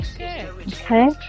Okay